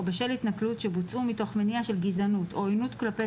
או בשל התנכלות שבוצעו מתוך מניע של גזענות או עוינות כלפי